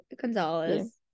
Gonzalez